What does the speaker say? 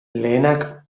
lehenak